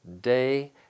day